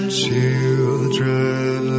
children